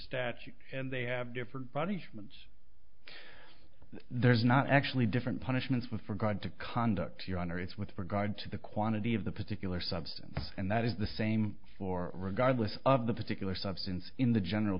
statute and they have different bodies for months there's not actually different punishments for god to conduct your honor it's with regard to the quantity of the particular substance and that is the same for regardless of the particular substance in the general